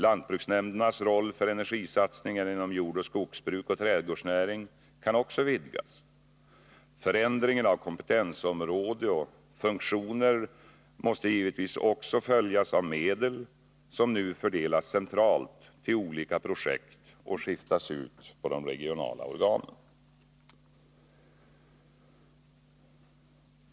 Lantbruksnämndernas roll för energisatsningar inom jordbruk, skogsbruk och trädgårdsnäring kan också vidgas. Förändringen av kompetensområde och funktioner måste givetvis också följas av medel som nu fördelas centralt till olika projekt och skiftas ut på de regionala organen.